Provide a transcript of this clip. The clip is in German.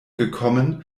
gekommen